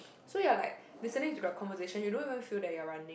so you're like listening to the conversation you don't even feel that you're running